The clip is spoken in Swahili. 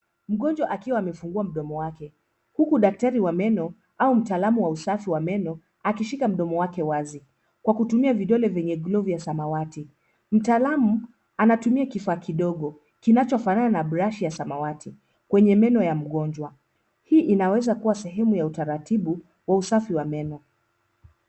Mgonjwa akiwa amefungua mdomo wake, huku daktari wa meno au mtaalamu wa usafi wa meno, akishika mdomo wake wazi kwa kutumia vidole vyenye glovu ya samawati. Mtaalamu anatumia kifaa kidogo kinachofanana na brashi ya samawati kwenye meno ya mgonjwa. Hii inaweza kuwa sehemu ya utaratibu wa usafi wa meno.